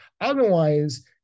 Otherwise